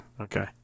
Okay